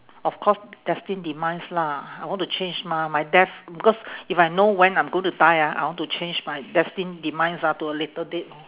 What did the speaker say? of course destined demise lah I want to change mah my death because if I know when I'm going to die ah I want to change my destined demise ah to a later date